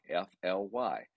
f-l-y